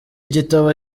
gitabo